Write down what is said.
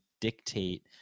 dictate